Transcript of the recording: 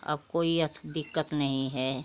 अब कोई अस दिक्कत नहीं है